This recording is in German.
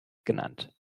genannt